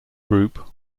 group